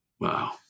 Wow